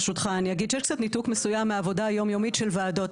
ברשותך אני אגיד שיש קצת ניתוק מסוים מהעבודה היומיומית של ועדות.